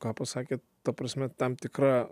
ką pasakė ta prasme tam tikra